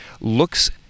looks